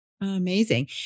Amazing